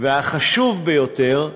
והחשוב ביותר,